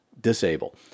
disable